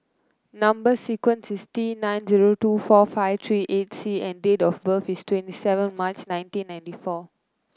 number sequence is T nine zero two four five three eight C and date of birth is twenty seven March nineteen ninety four